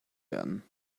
werden